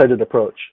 approach